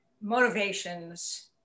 motivations